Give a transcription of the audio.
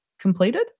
completed